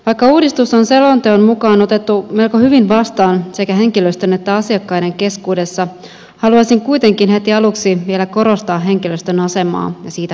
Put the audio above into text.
vaikka uudistus on selonteon mukaan otettu melko hyvin vastaan sekä henkilöstön että asiakkaiden keskuudessa haluaisin kuitenkin heti aluksi vielä korostaa henkilöstön asemaa ja siitä huolehtimista